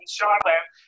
Charlotte